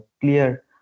clear